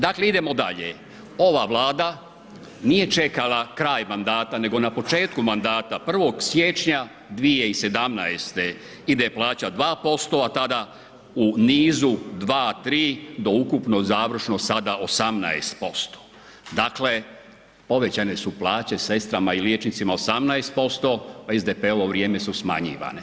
Dakle idemo dalje, ova Vlada nije čekala kraj mandata nego na početku mandata 1. siječnja 2017. ide plaća 2%, a tada u niz 2, 3 do ukupno završno sada 18%, dakle, povećane su plaće sestrama i liječnicima 18%, a u SDP-ovo vrijeme su smanjivanje.